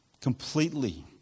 completely